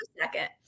second